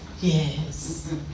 Yes